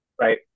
right